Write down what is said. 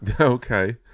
Okay